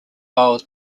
while